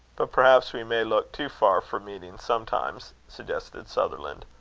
but perhaps we may look too far for meanings sometimes, suggested sutherland.